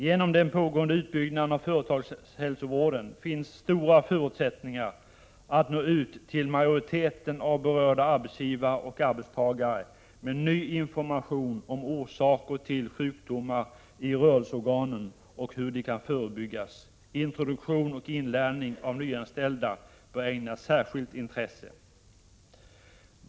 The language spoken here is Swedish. Genom den pågående utbyggnaden av företagshälsovården finns stora förutsättningar att nå ut till majoriteten av berörda arbetsgivare och arbetstagare med ny information om orsaker till sjukdomar i rörelseorganen och hur de kan förebyggas. Introduktion och inlärning av nyanställda bör ägnas särskilt intresse.